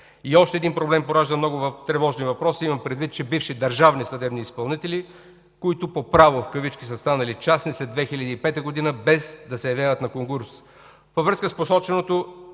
И още един проблем поражда много тревожни въпроси. Имам предвид, че бивши държавни съдебни изпълнители, които по „право” са станали частни след 2005 г., без да се явяват на конкурс. Във връзка с посоченото